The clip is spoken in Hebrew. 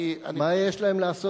מה יש להם לעשות,